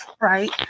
right